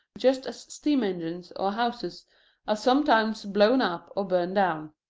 just as steam-engines or houses are sometimes blown up or burned down.